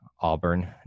Auburn